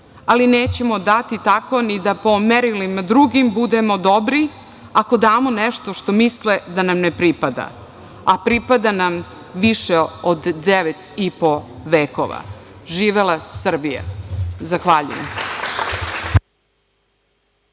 ali nećemo dati tako ni da po merilima drugim budemo dobri ako damo nešto što misle da nam ne pripada, a pripada nam više od devet i po vekova“. Živela Srbija. Zahvaljujem.